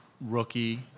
Rookie